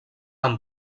amb